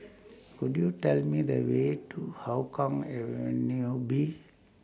Could YOU Tell Me The Way to Hougang Avenue B